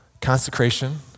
Consecration